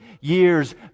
Years